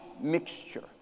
mixture